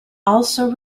also